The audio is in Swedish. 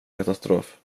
katastrof